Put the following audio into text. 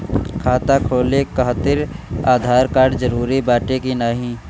खाता खोले काहतिर आधार कार्ड जरूरी बाटे कि नाहीं?